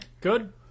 Good